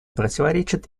противоречит